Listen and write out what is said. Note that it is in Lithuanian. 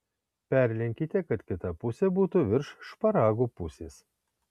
perlenkite kad kita pusė būtų virš šparagų pusės